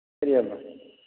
ꯀꯔꯤ ꯍꯥꯏꯕ